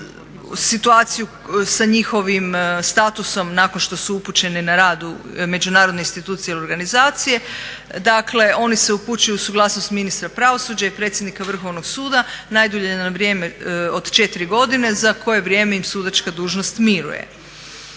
situaciju sa njihovim statusom nakon što su upućeni na rad u međunarodne institucije ili organizacije. Dakle, oni se upućuju uz suglasnost ministra pravosuđa i predsjednika Vrhovnog suda najdulje na vrijeme od 4 godine za koje vrijeme im sudačka dužnost miruje.